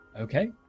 okay